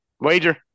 Wager